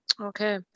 Okay